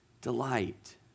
delight